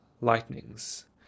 lightnings